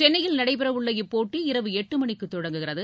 சென்னையில் நடைபெறவுள்ள இப்போட்டி இரவு எட்டு மணிக்கு தொடங்குகிறது